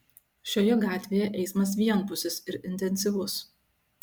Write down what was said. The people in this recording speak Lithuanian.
šioje gatvėje eismas vienpusis ir intensyvus